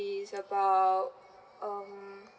is about um